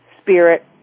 spirit